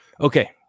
Okay